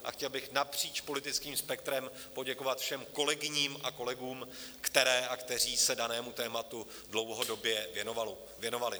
A chtěl bych napříč politickým spektrem poděkovat všem kolegyním a kolegům, které a kteří se danému tématu dlouhodobě věnovali.